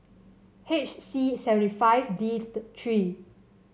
H C seventy five D three